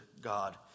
God